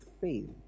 faith